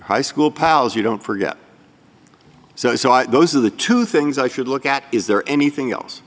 high school powers you don't forget so so i those are the two things i should look at is there anything else